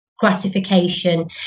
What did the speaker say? gratification